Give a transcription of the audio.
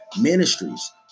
ministries